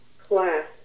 class